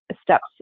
steps